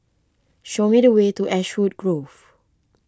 show me the way to Ashwood Grove